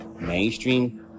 mainstream